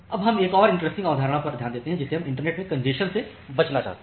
अब हम एक और इंटरेस्टिंग अवधारणा पर ध्यान देते हैं जिसे हम इंटरनेट में कॅन्जेशन से बचना कहते हैं